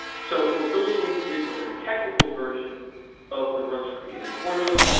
so what bill james did was a technical version of the runs created formula.